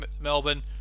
Melbourne